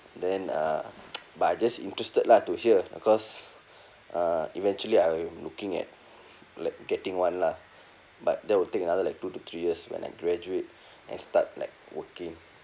then uh but I just interested lah to hear cause uh eventually I am looking at like getting one lah but that will take another like two to three years when I graduate and start like working